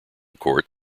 court